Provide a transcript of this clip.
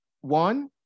one